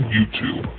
YouTube